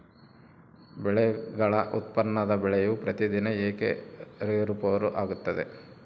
ಬೆಳೆಗಳ ಉತ್ಪನ್ನದ ಬೆಲೆಯು ಪ್ರತಿದಿನ ಏಕೆ ಏರುಪೇರು ಆಗುತ್ತದೆ?